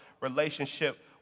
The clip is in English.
relationship